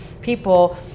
people